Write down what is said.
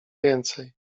więcej